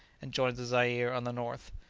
and joins the zaire on the north.